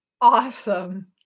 Awesome